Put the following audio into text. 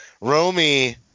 Romy –